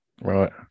Right